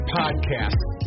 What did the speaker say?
podcast